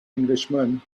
englishman